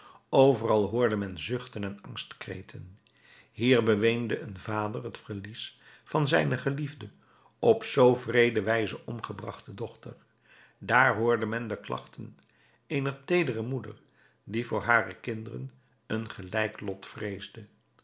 overal hoorde men zuchten en angstkreten hier beweende een vader het verlies van zijne geliefde op zoo wreede wijze omgebragte dochter daar hoorde men de klagten eener teedere moeder die voor hare kinderen een gelijk lot vreesde